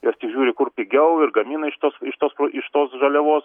jos tik žiūri kur pigiau ir gamina iš tos iš tos iš tos žaliavos